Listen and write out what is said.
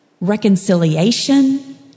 reconciliation